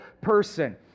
person